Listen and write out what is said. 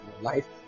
life